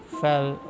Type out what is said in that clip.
fell